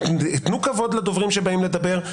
תנו כבוד לדוברים שבאים לדבר.